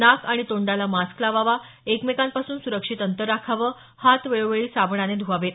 नाक आणि तोंडाला मास्क लावावा एकमेकांपासून सुरक्षित अंतर राखावं हात वेळोवेळी साबणाने ध्वावेत